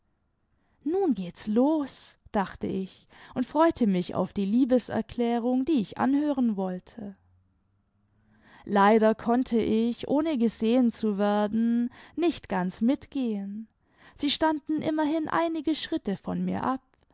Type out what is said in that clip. nun geht's los dachte ich und freute mich auf die liebeserklärung die ich anhören wollte leider konnte ich ohne gesehen zu werden nicht ganz mitgehen sie standen immerhin einige schritte von mir ab